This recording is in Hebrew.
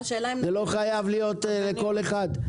זה לא חייב להיות פתוח לכל אחד.